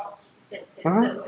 !huh!